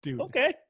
Okay